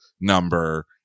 number